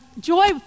Joy